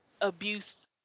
abuse